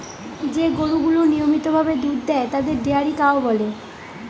যে গরুগুলা নিয়মিত ভাবে দুধ দেয় তাদের ডেয়ারি কাউ বলে